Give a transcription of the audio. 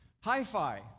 Hi-Fi